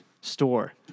store